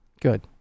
good